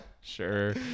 Sure